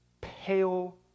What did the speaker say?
pale